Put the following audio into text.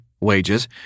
wages